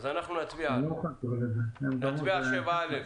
לפני שנצביע על 7א,